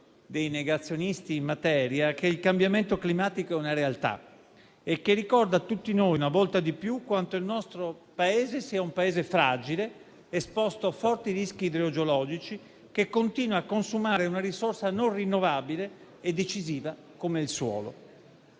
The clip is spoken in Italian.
dei negazionisti in materia - che il cambiamento climatico è una realtà e che ricorda a tutti noi una volta di più quanto il nostro Paese sia fragile ed esposto a forti rischi idrogeologici, che continua a consumare una risorsa non rinnovabile e decisiva come il suolo.